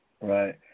Right